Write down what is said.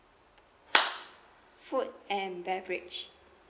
food and beverage